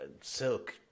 silk